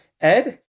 Ed